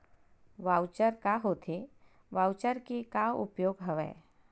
Voucher का होथे voucher के का उपयोग हवय?